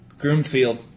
Groomfield